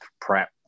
prep